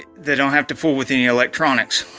they don't have to fool with any electronics